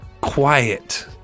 Quiet